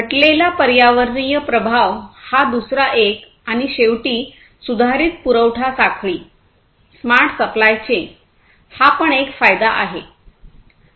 घटलेला पर्यावरणीय प्रभाव हा दुसरा एक आणि शेवटी सुधारित पुरवठा साखळीस्मार्ट सप्लाय चेन हा पण एक फायदा आहे